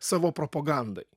savo propogandai